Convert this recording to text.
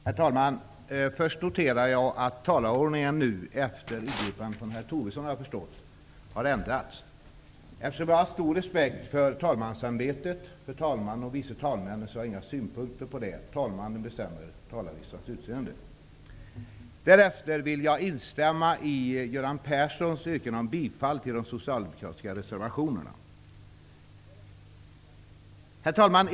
Herr talman! Först noterar jag att talarordningen nu -- efter ingripande från herr Tobisson, har jag förstått -- har ändrats. Eftersom jag har en stor respekt för talmansämbetet -- för talmannen och vice talmännen -- har jag inga synpunkter på det. Därefter vill jag instämma i Göran Perssons yrkande om bifall till de socialdemokratiska reservationerna. Herr talman!